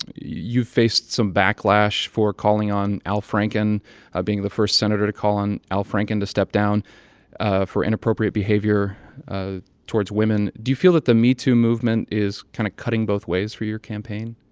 you've faced some backlash for calling on al franken ah being the first senator to call on al franken to step down ah for inappropriate behavior ah towards women. do you feel that the metoo movement is kind of cutting both ways for your campaign?